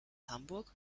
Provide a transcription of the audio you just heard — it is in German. hamburg